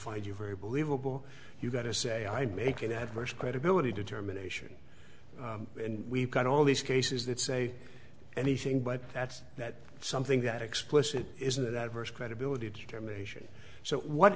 find you very believable you've got to say i'd make an adverse credibility determination we've got all these cases that say anything but that's that something that explicit isn't that verse credibility determination so what